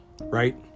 right